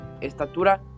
estatura